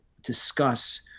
discuss